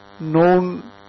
known